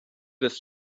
des